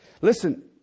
Listen